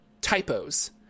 typos